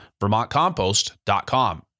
vermontcompost.com